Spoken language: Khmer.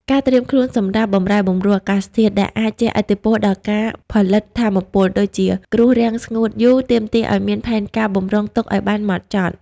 ការត្រៀមខ្លួនសម្រាប់ "បម្រែបម្រួលអាកាសធាតុ" ដែលអាចជះឥទ្ធិពលដល់ការផលិតថាមពល (ដូចជាគ្រោះរាំងស្ងួតយូរ) ទាមទារឱ្យមានផែនការបម្រុងទុកឱ្យបានហ្មត់ចត់។